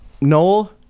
Noel